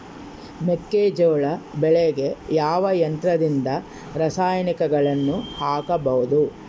ಮೆಕ್ಕೆಜೋಳ ಬೆಳೆಗೆ ಯಾವ ಯಂತ್ರದಿಂದ ರಾಸಾಯನಿಕಗಳನ್ನು ಹಾಕಬಹುದು?